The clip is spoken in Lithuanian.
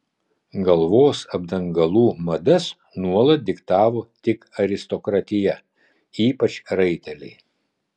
galvos apdangalų madas nuolat diktavo tik aristokratija ypač raiteliai